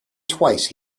twice